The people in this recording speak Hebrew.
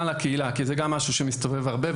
לקהילה כי זה גם משהו שמסתובב הרבה,